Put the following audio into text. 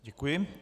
Děkuji.